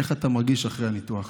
איך אתה מרגיש אחרי הניתוח?